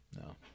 no